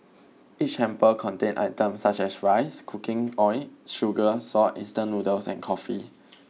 each hamper contained items such as rice cooking oil sugar salt instant noodles and coffee